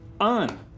on